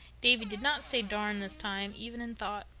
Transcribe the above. davy did not say darn this time, even in thought.